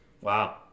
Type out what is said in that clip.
wow